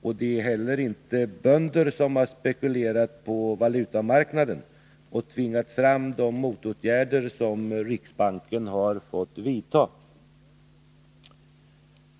Det är heller inte bönder som har spekulerat på valutamarknaden och tvingat fram de motåtgärder som riksbanken har fått vidta.